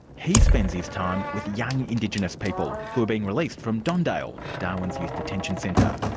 he spends his time with young indigenous people who are being released from don dale, darwin's youth detention centre.